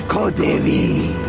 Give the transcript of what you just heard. shirodevi.